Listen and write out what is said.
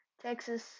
Texas